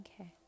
okay